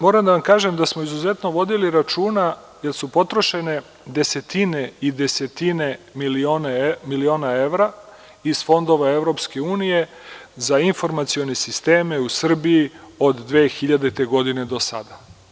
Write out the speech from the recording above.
Moram da vam kažem da smo izuzetno vodili računa jer su potrošene desetine i desetine miliona evra iz fondova EU za informacione sisteme u Srbiji od 2000. godine do sada.